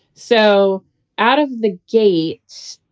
so out of the gates,